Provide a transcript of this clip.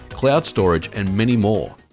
cloud storage and many more.